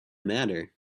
matter